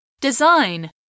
Design